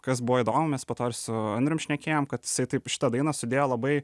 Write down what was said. kas buvo įdomu mes po to ir su andrium šnekėjom kad jisai taip šitą dainą sudėjo labai